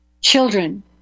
children